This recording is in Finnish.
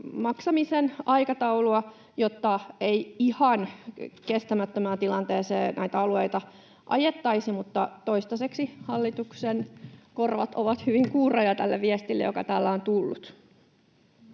maksamisen aikataulua, jotta ei ihan kestämättömään tilanteeseen näitä alueita ajettaisi, mutta toistaiseksi hallituksen korvat ovat hyvin kuuroja tälle viestille, joka täällä on tullut.